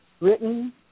written